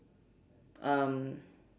um